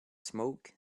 smoke